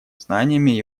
знаниями